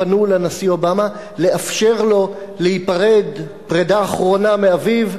פנו אל הנשיא אובמה לאפשר לו להיפרד פרידה אחרונה מאביו.